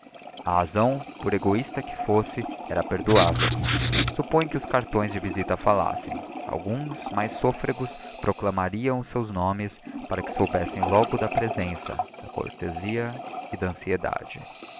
a razão por egoísta que fosse era perdoável supõe que os cartões de visita falassem alguns mais sôfregos proclamariam os seus nomes para que soubessem logo da presença da cortesia e da ansiedade